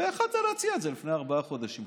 הרי יכולת להציע את זה לפני ארבעה חודשים,